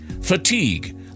Fatigue